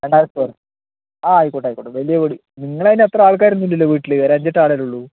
രണ്ടായിരം സ്ക്വയർ ആ ആയിക്കോട്ടെ ആയിക്കോട്ടെ വലിയ വീട് നിങ്ങളതിന് അത്ര ആൾക്കാരൊന്നുമില്ലല്ലോ വീട്ടില് ഒരു അഞ്ചേട്ടാൾ അല്ലെ ഉള്ളൂ